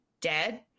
dead